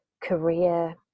career